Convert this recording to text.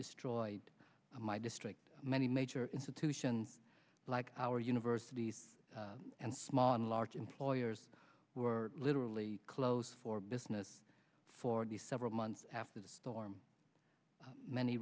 destroyed my district many major institution like our universities and small and large employers were literally closed for business for the several months after the storm many